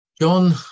John